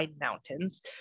mountains